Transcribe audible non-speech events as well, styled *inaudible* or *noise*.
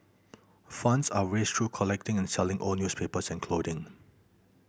funds are raised through collecting and selling old newspapers and clothing *noise*